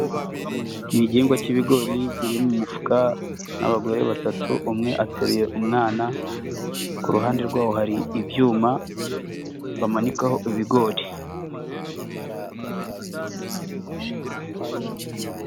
Ni igihingwa k'ibigori biri mu mufuka, n'abagore batatu umwe atereye umwana, ku ruhande rwabo hari ibyuma bamanikaho ibigori.